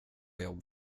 jobb